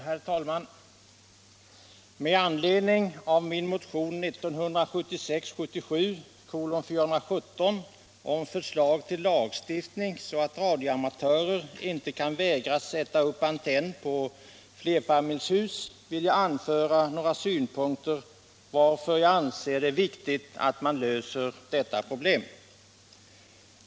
Herr talman! Med anledning av min motion 1976/77:417 om förslag till lagstiftning, så att radioamatörer inte kan vägras sätta upp antenn på flerfamiljshus, vill jag anföra några skäl till varför jag anser det viktigt att lösa detta problem.